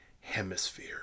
hemisphere